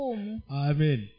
Amen